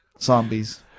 zombies